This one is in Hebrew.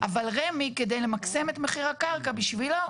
אבל רמ"י, כדי למקסם את מחיר הקרקע בשבילו,